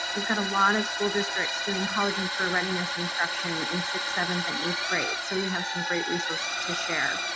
we've got a lot of school districts doing college and career readiness instruction in sixth, seventh, and eighth grades, so they have some great resources to share,